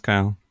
Kyle